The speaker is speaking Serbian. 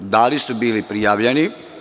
Da li su bili prijavljeni?